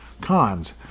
Cons